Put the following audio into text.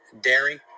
dairy